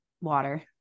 water